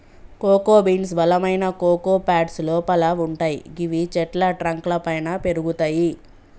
cocoa beans బలమైన cocoa pods లోపల వుంటయ్ గివి చెట్ల ట్రంక్ లపైన పెరుగుతయి